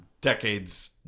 decades